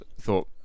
thought